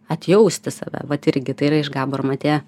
atjausti save vat irgi tai yra iš gabor matė